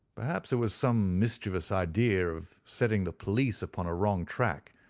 perhaps it was some mischievous idea of setting the police upon a wrong track,